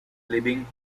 living